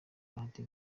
bahati